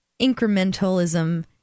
incrementalism